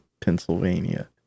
Pennsylvania